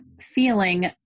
feeling